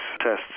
tests